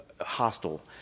hostile